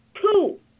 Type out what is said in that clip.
two